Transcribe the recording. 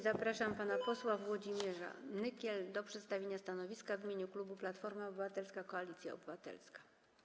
Zapraszam pana posła Włodzimierza Nykla do przedstawienia stanowiska w imieniu klubu Platforma Obywatelska - Koalicja Obywatelska.